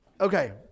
Okay